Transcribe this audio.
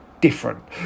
different